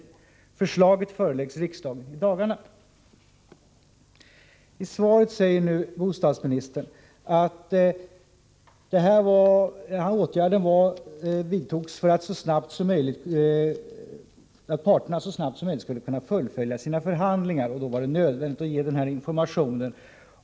Förslaget föreläggs riksdagen i dagarna.” I svaret säger nu bostadsministern att den här åtgärden vidtogs för att parterna så snabbt som möjligt skulle kunna fullfölja sina förhandlingar, och — Nr 30 då var det nödvändigt att ge den här informationen.